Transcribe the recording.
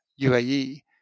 UAE